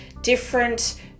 different